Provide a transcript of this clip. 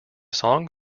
song